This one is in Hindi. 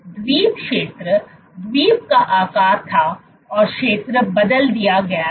द्वीप क्षेत्र द्वीप का आकार था और क्षेत्र बदल दिया गया था